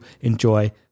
enjoy